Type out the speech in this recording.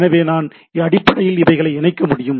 எனவே நான் அடிப்படையில் இவைகளை இணைக்க முடியும்